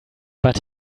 but